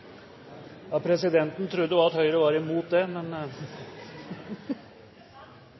Ja, presidenten trodde også at Høyre var mot det.